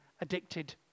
addicted